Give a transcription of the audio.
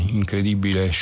incredibile